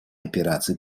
операций